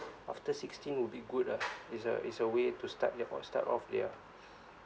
after sixteen will be good ah it's a it's a way to start your off start off their